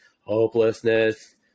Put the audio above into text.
Hopelessness